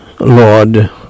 Lord